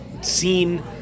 seen